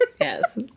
Yes